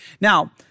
Now